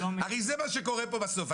הרי זה מה שקורה פה בסוף.